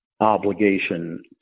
obligation